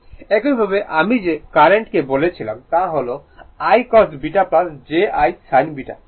একইভাবে আমি যে কারেন্ট কে বলেছিলাম তা হল I cos β j I sin β